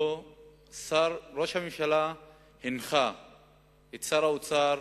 ראש הממשלה הנחה את שר האוצר